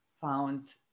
found